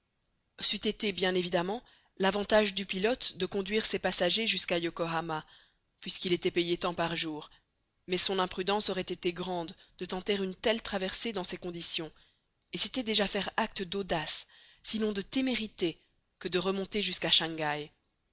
c'eût été bien évidemment l'avantage du pilote de conduire ses passagers jusqu'à yokohama puisqu'il était payé tant par jour mais son imprudence aurait été grande de tenter une telle traversée dans ces conditions et c'était déjà faire acte d'audace sinon de témérité que de remonter jusqu'à shangaï